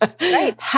Right